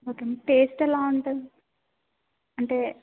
okay taste ఎలా ఉంటుంది అంటే